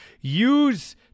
use